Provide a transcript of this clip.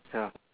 ya